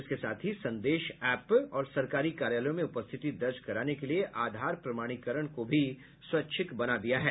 इसके साथ ही संदेश एप और सरकारी कार्यालयों में उपस्थिति दर्ज कराने के लिए आधार प्रमाणीकरण को भी स्वैच्छिक बना दिया है